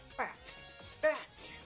back back